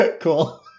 Cool